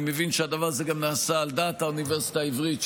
אני מבין שהדבר הזה גם נעשה על דעת האוניברסיטה העברית,